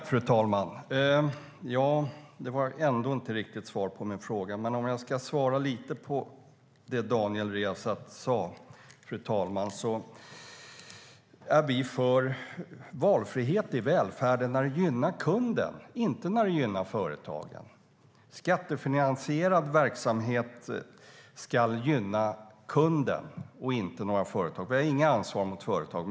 Fru talman! Jag fick ändå inte riktigt svar på min fråga. Men jag ska kommentera det som Daniel Riazat sa. Vi är för valfrihet i välfärden när det gynnar kunden, inte när det gynnar företagen. Skattefinansierad verksamhet ska gynna kunden och inte några företag. Vi har inget ansvar mot företagen.